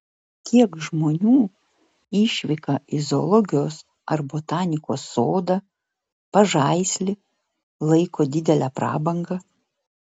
kiek žmonių išvyką į zoologijos ar botanikos sodą pažaislį laiko didele prabanga